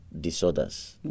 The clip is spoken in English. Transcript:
disorders